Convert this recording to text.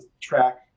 track